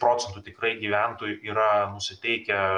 procentų tikrai gyventojų yra nusiteikę